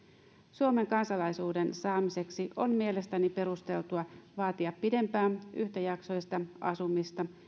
suomen kansalaisuuden saamiseksi on mielestäni perusteltua vaatia pidempää yhtäjaksoista asumista